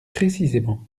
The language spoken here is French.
précisément